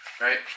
Right